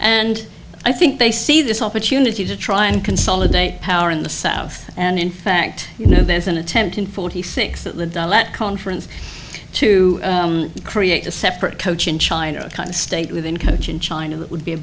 and i think they see this opportunity to try and consolidate power in the south and in fact you know there's an attempt in forty six at the conference to create a separate cochin china state within cochin china that would be a